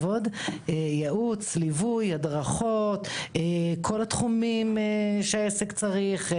הם ייעוץ, ליווי, הדרכות בכל התחומים שהעסק צריך.